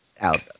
out